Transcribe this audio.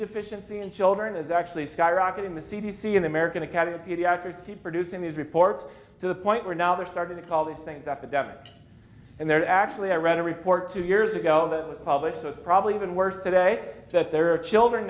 deficiency in children is actually skyrocketing the c d c in the american academy of pediatrics keep producing these reports to the point where now they're starting to call these things up a definite and they're actually i read a report two years ago that was published so it's probably even worse today that there are children